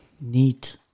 Neat